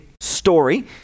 story